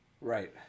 Right